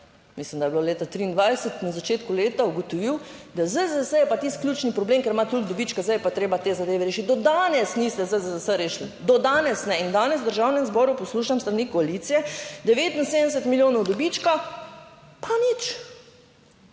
mislim, da je bilo leta 2023 - na začetku leta ugotovil, da ZZZS je pa tisti ključni problem, ker ima toliko dobička, zdaj je pa treba te zadeve rešiti, do danes niste ZZZS rešili, do danes ne. In danes v Državnem zboru poslušam s strani koalicije 79 milijonov dobička, pa nič,